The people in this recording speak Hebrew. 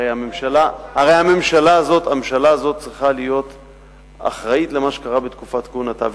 הרי הממשלה הזאת צריכה להיות אחראית למה שקרה בתקופת כהונתה.